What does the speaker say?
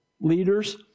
leaders